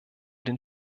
den